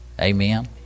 amen